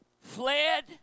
fled